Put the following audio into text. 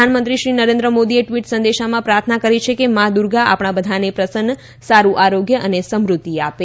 પ્રધાનમંત્રી શ્રી નરેન્દ્ર મોદીએ ટ્વીટ સંદેશામાં પ્રાર્થના કરી છે કે મા દુર્ગા આપણા બધાને પ્રસન્ન સારૃ આરોગ્ય અને સમૃદ્ધિ આપે